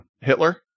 Hitler